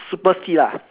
super speed ah